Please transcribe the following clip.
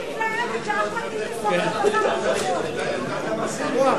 אני מתלהבת שאחמד טיבי סוף-סוף עשה משהו טוב.